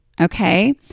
Okay